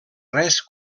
res